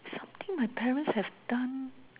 something my parents have done